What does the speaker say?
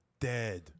Dead